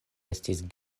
estis